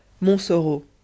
Montsoreau